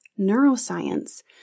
neuroscience